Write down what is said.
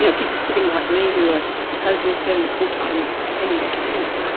yeah people sitting like me who are supposedly a permanent full-time tenured academic,